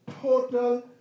total